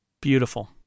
Beautiful